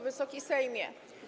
Wysoki Sejmie!